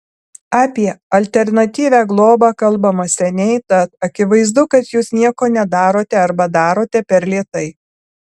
apie alternatyvią globą kalbama seniai tad akivaizdu kad jūs nieko nedarote arba darote per lėtai